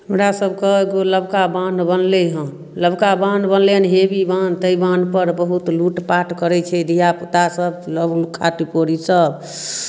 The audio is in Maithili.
हमरासभके एगो नवका बान्ह बनलै हन नवका बान्ह बनलै हन हेवी बान्ह ताहि बान्हपर बहुत लूटपाट करै छै धियापुतासभ लगमे काट कौरीसभ